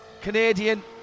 Canadian